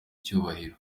cyubahiro